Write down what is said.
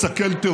לא,